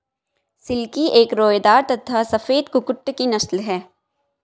silkie एक रोएदार तथा सफेद कुक्कुट की नस्ल है